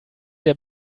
der